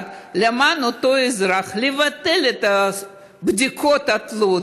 למען אותו אזרח: לבטל את בדיקות התלות,